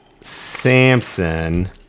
Samson